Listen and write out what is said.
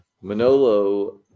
Manolo